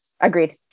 Agreed